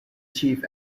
chief